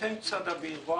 נותן קצת אוויר.